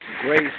grace